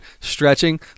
stretching